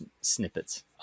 snippets